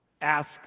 ask